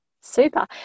Super